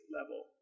level